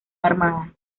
armada